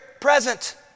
present